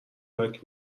لاک